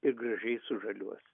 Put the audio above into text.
ir gražiai sužaliuos